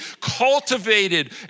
cultivated